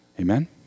Amen